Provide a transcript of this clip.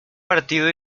partido